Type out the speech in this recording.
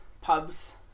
pubs